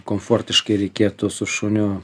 komfortiškai reikėtų su šuniu